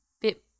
bit